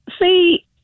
See